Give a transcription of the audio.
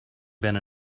been